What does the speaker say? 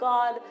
God